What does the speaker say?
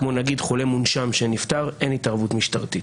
כמו נגד חולה מונשם שנפטר, אין התערבות משטרתית.